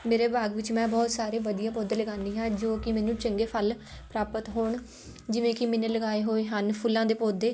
ਮੇਰੇ ਬਾਗ ਵਿੱਚ ਮੈਂ ਬਹੁਤ ਸਾਰੇ ਵਧੀਆ ਪੌਦੇ ਲਗਾਉਂਦੀ ਹਾਂ ਜੋ ਕਿ ਮੈਨੂੰ ਚੰਗੇ ਫ਼ਲ ਪ੍ਰਾਪਤ ਹੋਣ ਜਿਵੇਂ ਕਿ ਮੈਨੇ ਲਗਾਏ ਹੋਏ ਹਨ ਫੁੱਲਾਂ ਦੇ ਪੌਦੇ